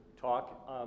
talk